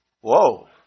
Whoa